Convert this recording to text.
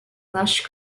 lush